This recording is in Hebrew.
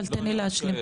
אבל תן לי להשלים.